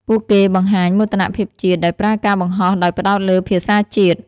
ពួកគេបង្ហាញមោទនភាពជាតិដោយប្រើការបង្ហោះដោយផ្តោតលើភាសាជាតិ។